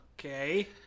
Okay